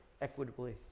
equitably